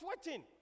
sweating